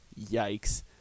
yikes